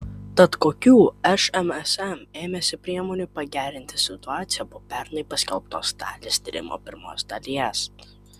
tad kokių šmsm ėmėsi priemonių pagerinti situaciją po pernai paskelbtos talis tyrimo pirmos dalies